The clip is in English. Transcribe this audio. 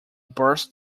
burst